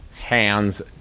Hands